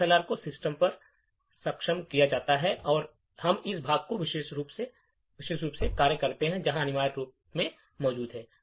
यदि ASLR को system पर सक्षम किया जाता है तो हम इस भाग को विशेष रूप से कार्य करते हैं जो यहाँ अनिवार्य रूप से मौजूद है